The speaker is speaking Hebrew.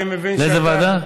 אני מבין שאתה, לאיזו ועדה?